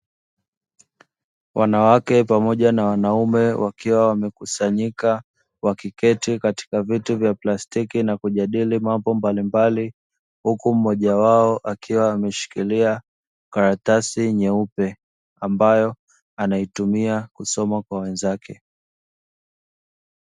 Wanawake pamoja na wanaume wakiwa wamekusanyika, wakiketi katika viti vya plastiki na kujadili mambo mbalimbali, huku mmoja wao akiwa ameshikilia karatasi nyeupe ambayo anaitumia kusoma kwa wenzake